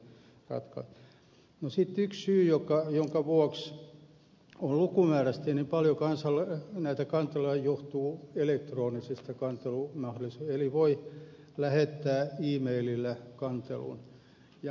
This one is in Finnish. sitten yksi syy jonka vuoksi lukumäärällisesti on niin paljon kanteluja johtuu elektronisesta kantelumahdollisuudesta eli voi lähettää e maililla kantelun